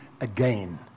again